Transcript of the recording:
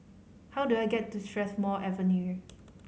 how do I get to Strathmore Avenue